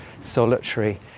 solitary